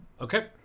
Okay